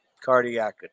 cardiac